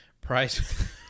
Price